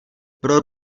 pro